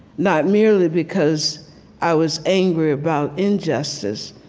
not merely because i was angry about injustice,